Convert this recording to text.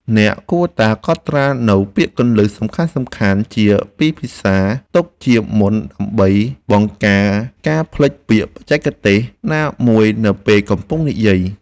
អ្នកគួរតែកត់ត្រានូវពាក្យគន្លឹះសំខាន់ៗជាពីរភាសាទុកជាមុនដើម្បីបង្ការការភ្លេចពាក្យបច្ចេកទេសណាមួយនៅពេលកំពុងនិយាយ។